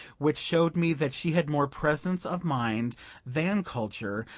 which showed me that she had more presence of mind than culture,